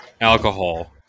alcohol